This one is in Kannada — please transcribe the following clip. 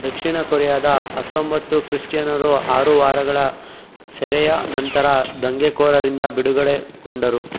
ದಕ್ಷಿಣ ಕೊರಿಯಾದ ಹತ್ತೊಂಬತ್ತು ಕ್ರಿಶ್ಚಿಯನರು ಆರು ವಾರಗಳ ಸೆರೆಯ ನಂತರ ದಂಗೆಕೋರರಿಂದ ಬಿಡುಗಡೆಗೊಂಡರು